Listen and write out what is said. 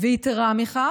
יתרה מכך,